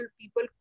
people